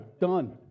done